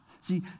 See